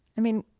i mean,